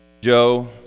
Joe